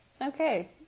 Okay